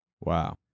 Wow